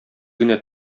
генә